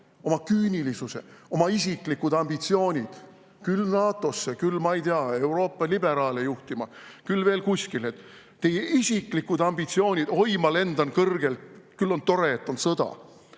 oma küünilisuse, kõik oma isiklikud ambitsioonid – küll NATO-sse, küll, ma ei tea, Euroopa liberaale juhtima, küll veel kuskile. Teie isiklikud ambitsioonid: oi, ma lendan kõrgel; küll on tore, et on sõda.